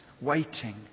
waiting